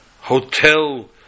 hotel